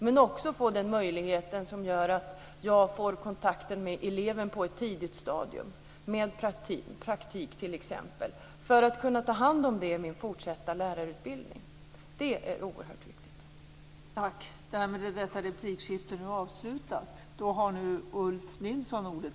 Men jag behöver också möjlighet att få kontakt med eleven på ett tidigt stadium genom t.ex. praktik för att kunna ta hand om det i min fortsatta lärarutbildning. Det är oerhört viktigt.